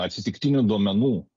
atsitiktinių duomenų